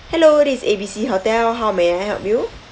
hello this is A B C hotel how may I help you